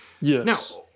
Yes